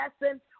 lesson